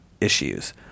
issues